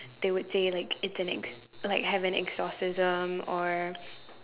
they would say like it's an ex~ like have an exorcism or